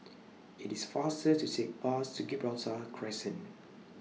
IT IS faster to Take Bus to Gibraltar Crescent